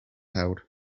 held